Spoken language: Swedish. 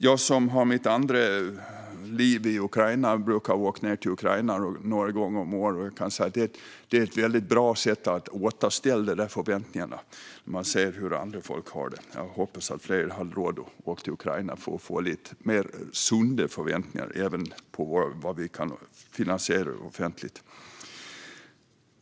Jag som har mitt andra liv i Ukraina och brukar åka dit några gånger om året kan säga att det är ett bra sätt att återställa förväntningarna att se hur andra folk har det. Jag hoppas att fler har råd att åka till Ukraina för att få mer sunda förväntningar även på vad vi kan finansiera offentligt.